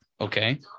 okay